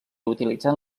utilitzant